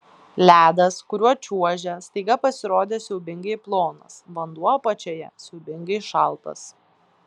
ledas kuriuo čiuožė staiga pasirodė siaubingai plonas vanduo apačioje siaubingai šaltas